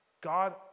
God